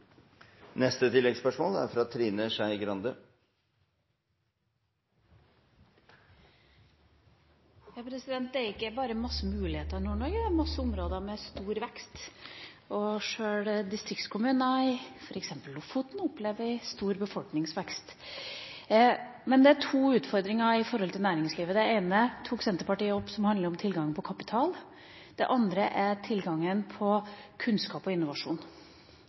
Trine Skei Grande – til oppfølgingsspørsmål. Det er ikke bare mange muligheter i Nord-Norge – det er mange områder med stor vekst også. Sjøl distriktskommuner i f.eks. Lofoten opplever stor befolkningsvekst. Det er to utfordringer når det gjelder næringslivet. Den ene tok Senterpartiet opp, den som handler om tilgangen på kapital. Den andre er tilgangen på kunnskap og innovasjon.